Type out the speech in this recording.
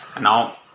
Now